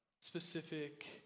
specific